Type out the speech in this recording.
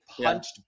punched